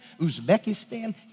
Uzbekistan